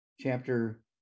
chapter